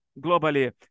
globally